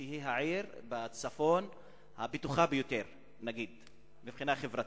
שהיא העיר הבטוחה ביותר בצפון מבחינה חברתית.